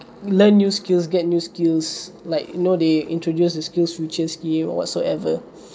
learn new skills get new skills like you know they introduced the SkillsFuture scheme or whatsoever